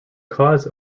cause